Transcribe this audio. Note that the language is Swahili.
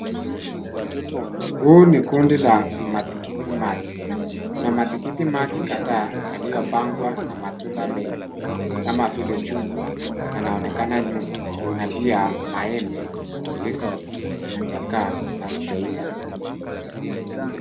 Huu ni kundi la matikiti maji. Kuna matikiti maji kadhaa yaliyopangwa na matunda mengi kama vile chungwa yanaonekana nyuma na pia maembe zilizochakaa na haijaiva.